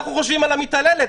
ואנחנו חושבים על המתעללת,